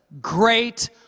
great